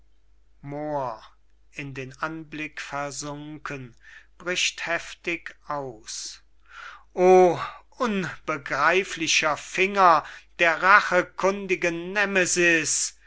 o unbegreiflicher finger der rachekundigen nemesis